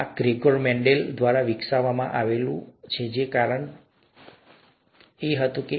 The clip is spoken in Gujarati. આ ગ્રેગોર મેન્ડેલ દ્વારા વિકસાવવામાં આવ્યું હતું કારણ કે તે ત્યાં હતું